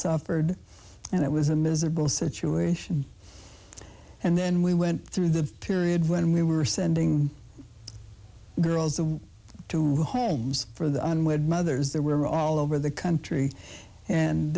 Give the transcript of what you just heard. suffered and it was a miserable situation and then we went through the period when we were sending girls of the homes for the unwed mothers they were all over the country and